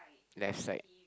left side